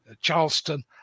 Charleston